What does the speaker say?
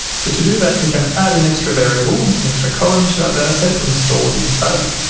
so to do that we can add an extra variable an extra column to our data set and store this value